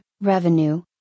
revenue